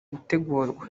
gutegurwa